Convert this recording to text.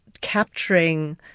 capturing